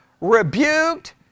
rebuked